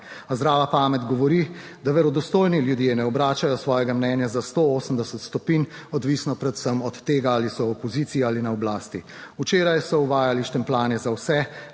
a zdrava pamet govori, da verodostojni ljudje ne obračajo svojega mnenja za 180 stopinj, odvisno predvsem od tega, ali so v opoziciji ali na oblasti. Včeraj so uvajali štempljanje za vse,